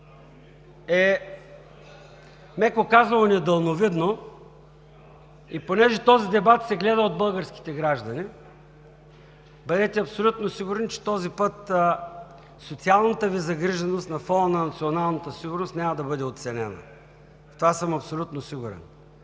е, меко казано, недалновидно, и понеже този дебат се гледа от българските граждани бъдете абсолютно сигурни, че този път социалната Ви загриженост на фона на националната сигурност няма да бъде оценена. В това съм абсолютно сигурен.